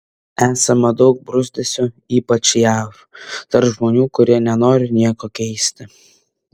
esama daug bruzdesio ypač jav tarp žmonių kurie nenori nieko keisti